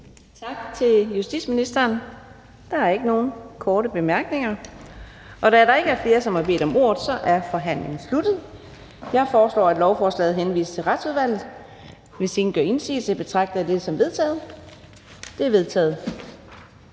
tak til ordføreren. Der er ikke flere korte bemærkninger. Da der ikke er flere, som har bedt om ordet, er forhandlingen sluttet. Jeg foreslår, at forslaget henvises til Udlændinge- og Integrationsudvalget. Hvis ingen gør indsigelse, betragter jeg dette som vedtaget. Det er vedtaget.